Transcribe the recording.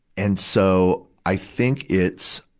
and so, i think it's,